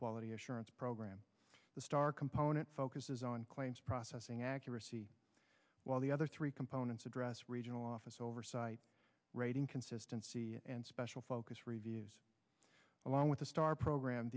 the assurance program the star component focuses on claims processing accuracy while the other three components address regional office oversight rating consistency and special focus reviews along with the star program